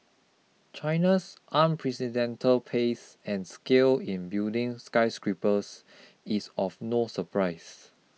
China's unprecedented pace and scale in building skyscrapers is of no surprise